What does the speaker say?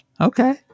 Okay